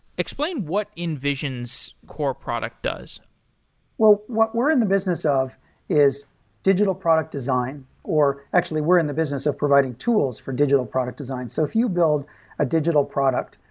explain what invision's core product does what we're in the business of is digital product design or actually, we're in the business of providing tools for digital product design. so if you build a digital product,